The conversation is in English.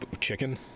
chicken